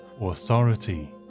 authority